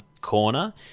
corner